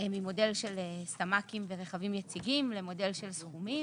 ממודל של סמ"קים ורכבים יציגים למודל של סכומים.